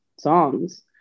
songs